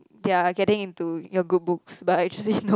they're getting into your good books but actually no